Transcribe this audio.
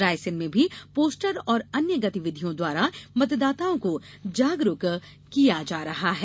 रायसेन में भी पोस्टर और अन्य गतिविधियों द्वारा मतदाताओं को जागरूक किया जा रहा है